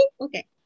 Okay